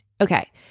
Okay